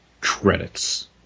Credits